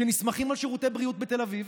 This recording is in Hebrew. שנסמכים על שירותי בריאות בתל אביב,